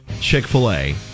Chick-fil-A